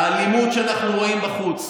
האלימות שאנחנו רואים בחוץ,